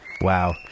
Wow